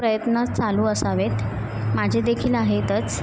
प्रयत्न चालू असावेत माझे देखील आहेतच